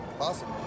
Awesome